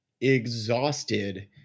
exhausted